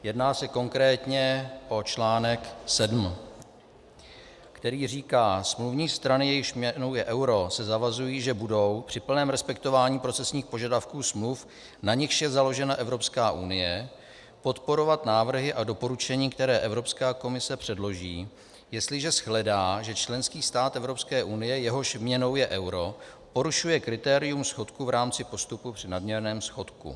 Jedná se konkrétně o článek 7, který říká: Smluvní strany, jejichž měnou je euro, se zavazují, že budou při plném respektování procesních požadavků smluv, na nichž je založena Evropská unie, podporovat návrhy a doporučení, které Evropská komise předloží, jestliže shledá, že členský stát Evropské unie, jehož měnou je euro, porušuje kritérium schodku v rámci postupu při nadměrném schodku.